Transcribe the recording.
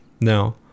Now